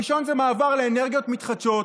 הראשונה היא מעבר לאנרגיות מתחדשות,